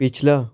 ਪਿਛਲਾ